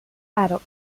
adult